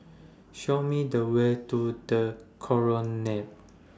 Show Me The Way to The Colonnade